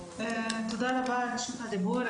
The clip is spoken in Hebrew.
תודה רבה על רשות הדיבור,